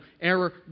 error